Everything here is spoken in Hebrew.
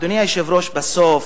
אדוני היושב-ראש, בסוף,